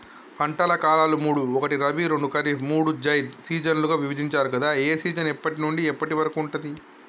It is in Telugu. పంటల కాలాలు మూడు ఒకటి రబీ రెండు ఖరీఫ్ మూడు జైద్ సీజన్లుగా విభజించారు కదా ఏ సీజన్ ఎప్పటి నుండి ఎప్పటి వరకు ఉంటుంది?